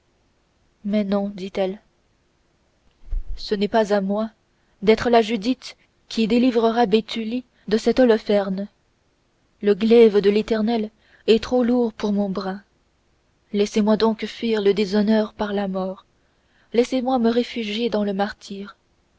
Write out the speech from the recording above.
mais non dit-elle ce n'est pas à moi d'être la judith qui délivrera béthulie de cet holopherne le glaive de l'éternel est trop lourd pour mon bras laissez-moi donc fuir le déshonneur par la mort laissez-moi me réfugier dans le martyre